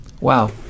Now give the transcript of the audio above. Wow